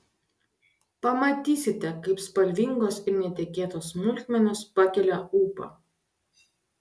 pamatysite kaip spalvingos ir netikėtos smulkmenos pakelia ūpą